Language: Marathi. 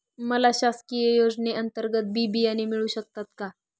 मला शासकीय योजने अंतर्गत बी बियाणे मिळू शकतात का?